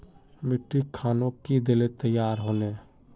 मिट्टी खानोक की दिले तैयार होने?